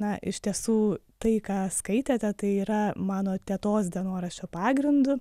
na iš tiesų tai ką skaitėte tai yra mano tetos dienoraščio pagrindu